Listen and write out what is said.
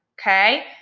Okay